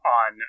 on